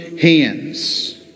hands